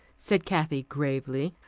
said kathy gravely.